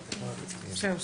שתיים,